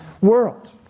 world